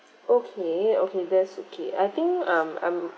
okay okay that's okay I think um I'm